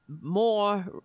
more